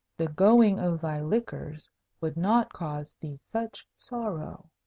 the going of thy liquors would not cause thee such sorrow.